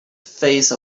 phase